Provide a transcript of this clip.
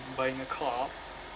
buying a car